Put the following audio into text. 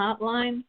hotline